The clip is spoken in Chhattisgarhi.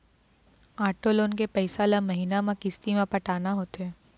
आटो लोन के पइसा ल महिना म किस्ती म पटाना होथे